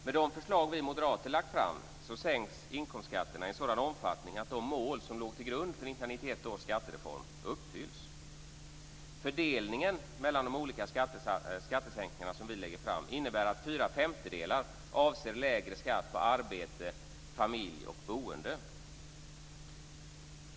Med de förslag vi moderater lagt fram sänks inkomstskatterna i en sådan omfattning att de mål som låg till grund för 1991 års skattereform uppfylls. Fördelningen mellan de olika skattesänkningar som vi lägger fram innebär att fyra femtedelar avser lägre skatt på arbete, familj och boende.